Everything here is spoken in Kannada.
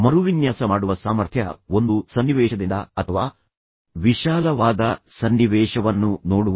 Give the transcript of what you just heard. ಮರುವಿನ್ಯಾಸ ಮಾಡುವ ಸಾಮರ್ಥ್ಯಃ ಒಂದು ಸನ್ನಿವೇಶದಿಂದ ಅಥವಾ ಸಮಸ್ಯೆ ಹಿಂದೆ ನಿಲ್ಲುವುದು ಮತ್ತು ದೊಡ್ಡ ಚಿತ್ರಣ ಅಥವಾ ವಿಶಾಲವಾದ ಸನ್ನಿವೇಶವನ್ನು ನೋಡುವುದು